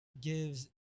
gives